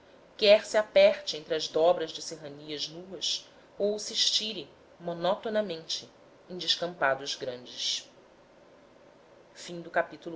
se aperte entre as dobras de serranias nuas ou se estire monotonamente em descampados grandes